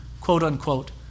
quote-unquote